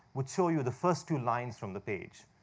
would show you the first two lines from the page,